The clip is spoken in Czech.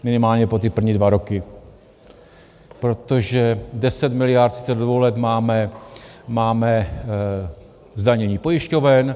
Minimálně po ty první dva roky, protože 10 mld. do voleb máme zdanění pojišťoven.